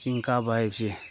ꯆꯤꯡ ꯀꯥꯕ ꯍꯥꯏꯕꯁꯦ